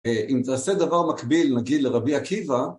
אם תעשה דבר מקביל נגיד לרבי עקיבא